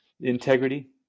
integrity